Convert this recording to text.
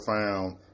found